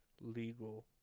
legal